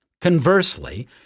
Conversely